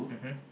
mmhmm